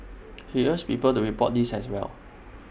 she urged people to report these as well